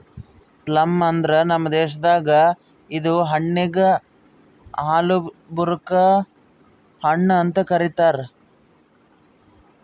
plum ಅಂದುರ್ ನಮ್ ದೇಶದಾಗ್ ಇದು ಹಣ್ಣಿಗ್ ಆಲೂಬುಕರಾ ಹಣ್ಣು ಅಂತ್ ಕರಿತಾರ್